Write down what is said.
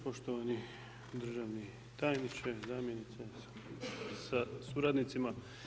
Poštovani državni tajniče, zamjenice sa suradnicima.